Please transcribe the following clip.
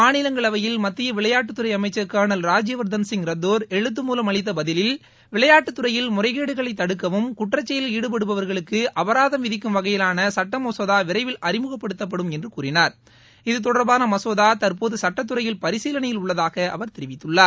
மாநிலங்களவையில் மத்திய விளையாட்டுத்துறை அமைச்சர் கர்னல் ராஜீயவர்தன் சிங் ரத்தோர் எழுத்துமூலம் அளித்த பதிலில் விளையாட்டுத்துறையில் முறைகேடுகளை தடுக்கவும் குற்றச்செயலில் ஈடுபடுபவர்களுக்கு அபராதம் விதிக்கும் வகையிவாள சட்டமசோதா விரைவில் அறிமுகப்படுத்தப்படும் என்று கூறினார் இதுதொடர்பான மசோதா தற்போது சுட்டத்துறையில் பரிசீலனையில் உள்ளதாக அவர் தெரிவித்துள்ளார்